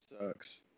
sucks